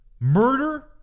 murder